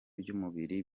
by’umubiri